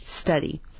study